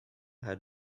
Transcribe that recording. had